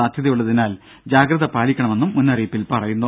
സാധ്യതയുള്ളതിനാൽ ജാഗ്രത പാലിക്കണമെന്നും മുന്നറിയിപ്പിൽ പറയുന്നു